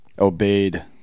obeyed